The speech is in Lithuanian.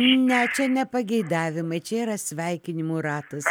ne čia ne pageidavimai čia yra sveikinimų ratas